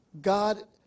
God